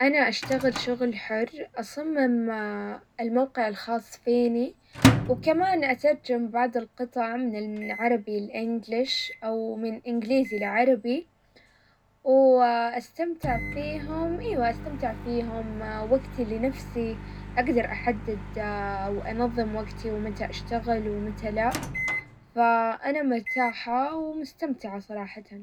انا اشتغل شغل حر اصمم الموقع الخاص فيني، وكمان اترجم بعض القطع من العربي الانجلش او من انجليزي العربي، واستمتع فيهم ايوا استمتع فيهم وقتي لنفسي اقدر احدد وانظم وقتي ومتى اشتغل ومتى لا. انا مرتاحة ومستمتعة صراحة.